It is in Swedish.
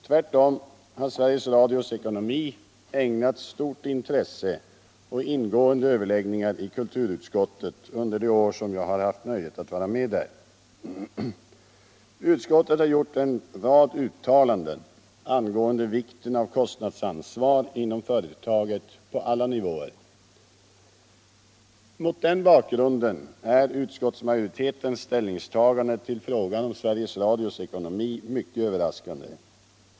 Tvärtom har Sveriges Radios ekonomi ägnats stort intresse och ingående överläggningar i kuiturutskottet under de år jag haft nöjet att vara med där. Utskottet har gjort en rad uttalanden angående vikten av kostnadsansvar inom företaget på alla nivåer. Mot den bakgrunden är utskottets ställningstagande till frågan om Sveriges Radios ekonomi mycket överraskande.